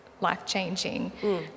life-changing